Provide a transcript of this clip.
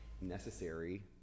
necessary